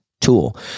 tool